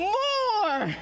more